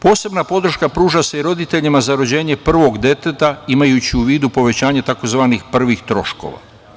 Posebna podrška pruža se i roditeljima za rođenje prvog deteta, imajući u vidu povećanje tzv. prvih troškova.